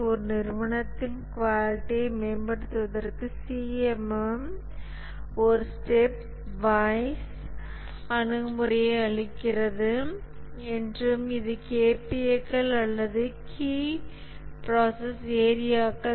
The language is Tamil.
ஒரு நிறுவனத்தில் குவாலிட்டியை மேம்படுத்துவதற்கு CMM ஒரு ஸ்டெப் வைஸ் அணுகுமுறையை அளிக்கிறது என்றும் இது KPA கள் அல்லது கீ ப்ராசஸ் ஏரியாக்கள் Key Process Areas